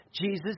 Jesus